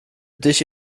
dich